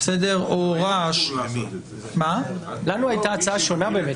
הייתה לנו הצעה שונה,